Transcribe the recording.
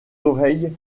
oreilles